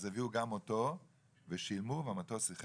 אז הביאו גם אותו ושילמו והמטוס איחר